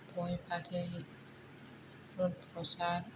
गय फाथै बुट प्रसाद